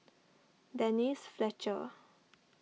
Denise Fletcher